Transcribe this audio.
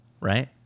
Right